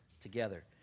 together